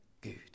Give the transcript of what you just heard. good